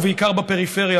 ובעיקר בפריפריה,